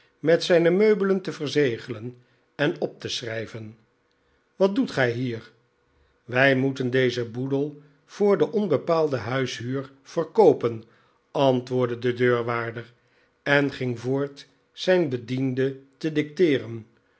met zijne meubelen te verzegelen en op te schrijven wat doet gij hier wy moeten dezen boedel voor de onbetaalde huishuur verkoopen antwoordde de deurwaarder en ging voort zijn bediende te